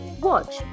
Watch